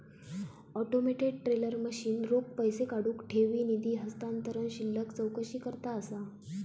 automated teller machine रोख पैसो काढुक, ठेवी, निधी हस्तांतरण, शिल्लक चौकशीकरता असा